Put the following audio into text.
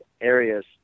areas